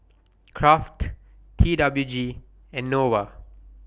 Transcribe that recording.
Kraft T W G and Nova